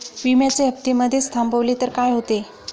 विम्याचे हफ्ते मधेच थांबवले तर काय होते?